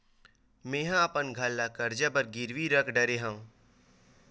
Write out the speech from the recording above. मेहा अपन घर ला कर्जा बर गिरवी रख डरे हव